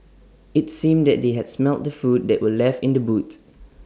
IT seemed that they had smelt the food that were left in the boot